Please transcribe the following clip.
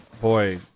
boy